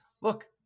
look